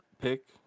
pick